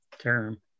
term